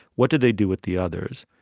what did they do with the others.